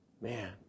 Man